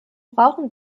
brauchen